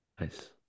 Nice